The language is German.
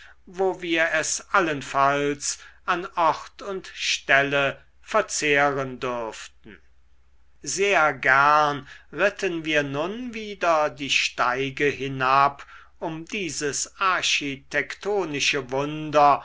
wo wir es allenfalls an ort und stelle verzehren dürften sehr gern ritten wir nun wieder die steige hinab um dieses architektonische wunder